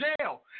jail